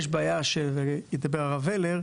יש בעיה שדיבר עליה הרב ולר,